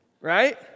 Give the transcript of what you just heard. Right